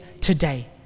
today